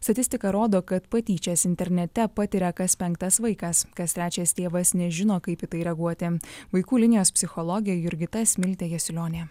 statistika rodo kad patyčias internete patiria kas penktas vaikas kas trečias tėvas nežino kaip į tai reaguoti vaikų linijos psichologė jurgita smiltė jasiulionė